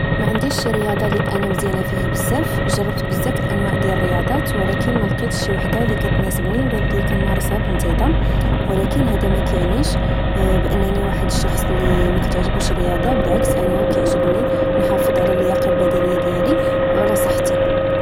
معنديش شي رياضة اللي انا مزياتة فيها بزاف جربت بزاف د الانواه د الرياضات ولكن ملقيتش شي واحدة اللي كتناسبني ولى اللي كنمارسها بانتظام ولكن هدا مكيعنيش بانني واحد الشخص اللي مكتعجبوش الرياضة بالعكس انا كيعجبني نحافض على اللياقة البدنية ديالي وعلى صحتي